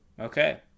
Okay